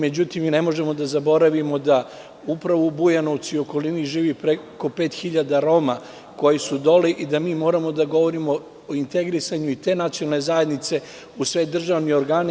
Međutim, mi ne možemo da zaboravimo da upravo u Bujanovcu i okolini živi preko 5.000 Roma koji su dole i da mi moramo da govorimo o integrisanju i te nacionalne zajednice u sve državne organe.